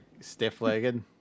stiff-legged